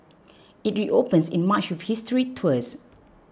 it reopens in March with history tours